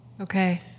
Okay